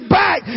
back